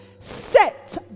Set